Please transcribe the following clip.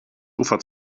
ufer